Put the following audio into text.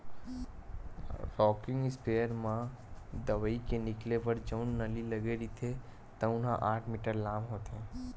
rocking sprayer म दवई के निकले बर जउन नली लगे रहिथे तउन ह आठ मीटर लाम होथे